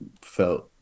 Felt